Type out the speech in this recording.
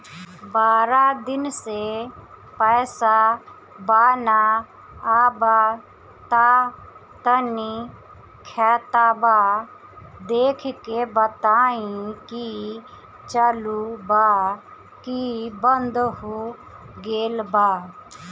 बारा दिन से पैसा बा न आबा ता तनी ख्ताबा देख के बताई की चालु बा की बंद हों गेल बा?